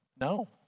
No